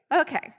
Okay